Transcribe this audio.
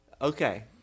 Okay